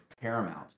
paramount